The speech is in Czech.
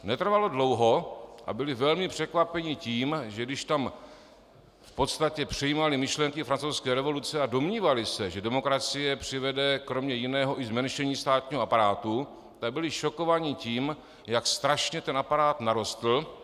Netrvalo dlouho a byli velmi překvapeni tím, že když tam v podstatě přijímali myšlenky Francouzské revoluce a domnívali se, že demokracie přivede kromě jiného i zmenšení státního aparátu, tak byli šokováni tím, jak strašně ten aparát narostl.